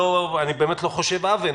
לא חושב עוון,